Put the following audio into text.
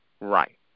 Right